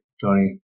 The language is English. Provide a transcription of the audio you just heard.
Tony